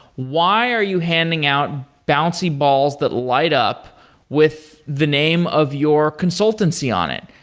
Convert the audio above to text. why are you handing out bouncy balls that light up with the name of your consultancy on it?